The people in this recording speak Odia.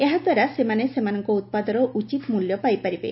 ଏହାଦ୍ୱାରା ସେମାନେ ସେମାନଙ୍କ ଉତିଦର ଉଚିତ୍ ମୂଲ୍ୟ ପାଇପାରିବେ